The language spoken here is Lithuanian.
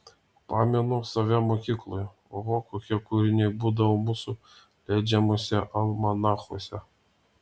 pamenu save mokykloje oho kokie kūriniai būdavo mūsų leidžiamuose almanachuose